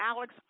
Alex